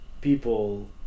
people